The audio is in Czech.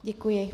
Děkuji.